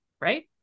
right